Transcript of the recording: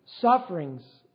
sufferings